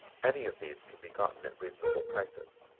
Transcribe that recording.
any of these can be gotten at reasonable prices.